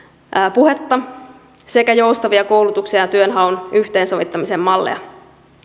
puhetta sekä joustavia koulutuksen ja työnhaun yhteensovittamisen malleja